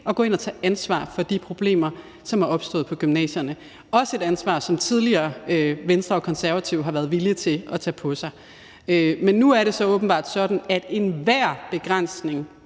at gå ind og tage ansvar for de problemer, som er opstået på gymnasierne, også et ansvar, som Venstre og Konservative tidligere har været villige til at tage på sig. Men nu er det åbenbart sådan, at enhver begrænsning